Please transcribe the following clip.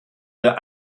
der